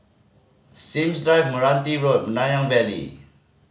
Sims Drive Meranti Road Nanyang Valley